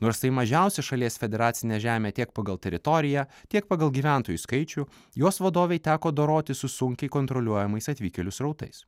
nors tai mažiausia šalies federacinė žemė tiek pagal teritoriją tiek pagal gyventojų skaičių jos vadovei teko dorotis su sunkiai kontroliuojamais atvykėlių srautais